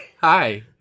Hi